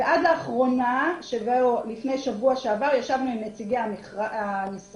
ועד לאחרונה, בשבוע שעבר, ישבנו עם נציגי המשרד,